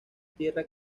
tierra